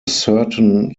certain